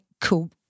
Cool